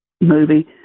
movie